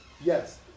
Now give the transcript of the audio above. Yes